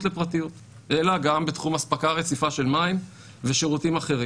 לפרטיות אלא גם בתחום אספקה רציפה של מים ושירותים אחרים.